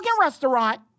restaurant